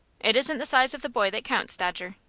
it isn't the size of the boy that counts, dodger.